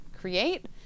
create